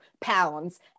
pounds